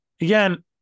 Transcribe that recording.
again